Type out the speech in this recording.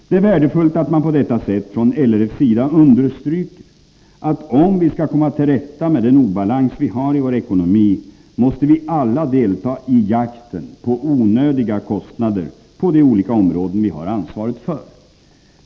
Det är värdefullt att man på detta sätt från LRF:s sida understryker att om vi skall komma till rätta med den obalans vi har i vår ekonomi, måste vi alla delta i jakten på onödiga kostnader på de olika områden vi har ansvaret för.